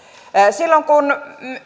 silloin kun